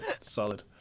solid